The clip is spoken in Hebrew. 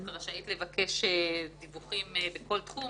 רשאית לבקש דיווחים בכל תחום.